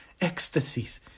ecstasies